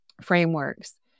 frameworks